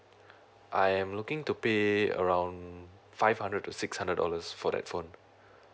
I'm looking to pay around five hundred to six hundred dollars for that phone